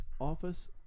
Office